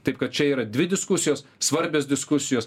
taip kad čia yra dvi diskusijos svarbios diskusijos